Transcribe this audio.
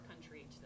country